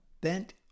Bent